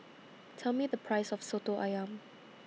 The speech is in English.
Tell Me The Price of Soto Ayam